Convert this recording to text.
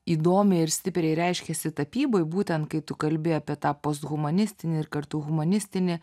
įdomiai ir stipriai reiškiasi tapyboj būtent kai tu kalbi apie tą post humanistinį ir kartu humanistinį